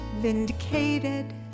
Vindicated